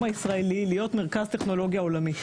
הישראלי להיות מרכז טכנולוגיה עולמית.